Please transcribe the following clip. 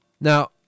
Now